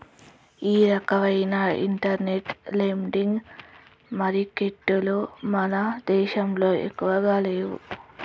ఈ రకవైన internet lending మారికెట్టులు మన దేశంలో ఎక్కువగా లేవు